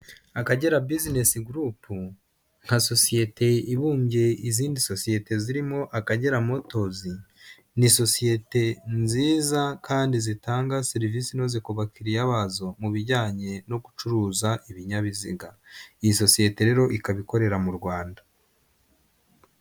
Akagera Business Group nka sosiyete ibumbye izindi sosiyete zirimo Akagera motos ni sosiyete nziza kandi zitanga serivisi inoze ku bakiriya bazo mu bijyanye no gucuruza ibinyabiziga. Iyi sosiyete rero ikaba ikorera mu Rwanda.